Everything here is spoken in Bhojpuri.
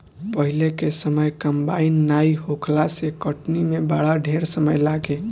पहिले के समय कंबाइन नाइ होखला से कटनी में बड़ा ढेर समय लागे